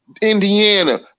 Indiana